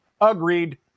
Agreed